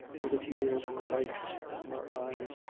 where the tears were wiped from her eyes,